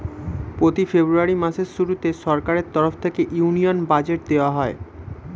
প্রতি ফেব্রুয়ারি মাসের শুরুতে সরকারের তরফ থেকে ইউনিয়ন বাজেট দেওয়া হয়